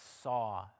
saw